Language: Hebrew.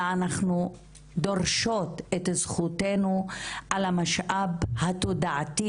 אלא אנחנו דורשות את זכותנו על המשאב התודעתי